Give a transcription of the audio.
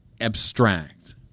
abstract